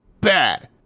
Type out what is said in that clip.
Bad